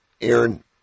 Aaron